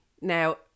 Now